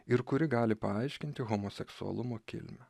ir kuri gali paaiškinti homoseksualumo kilmę